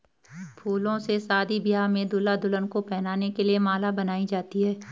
फूलों से शादी ब्याह में दूल्हा दुल्हन को पहनाने के लिए माला बनाई जाती है